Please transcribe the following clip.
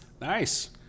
Nice